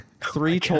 three